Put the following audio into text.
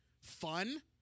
fun